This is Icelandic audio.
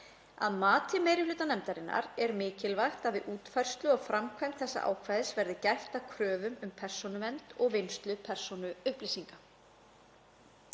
Að mati meiri hluta nefndarinnar er mikilvægt að við útfærslu og framkvæmd þessa ákvæðis verði gætt að kröfum um persónuvernd og vinnslu persónuupplýsinga.